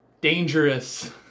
dangerous